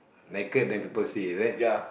naked then people see is it